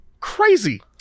crazy